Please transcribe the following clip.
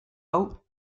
hau